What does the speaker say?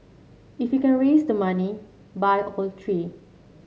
if you can raise the money buy all three